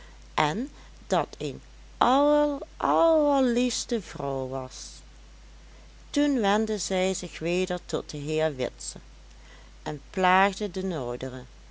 en dat een aller allerliefste vrouw was toen wendde zij zich weder tot de heeren witse en plaagde den